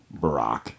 Barack